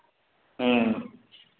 ह्म्म